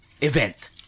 event